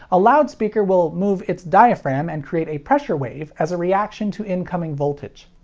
a loudspeaker will move its diaphragm and create a pressure wave as a reaction to incoming voltage.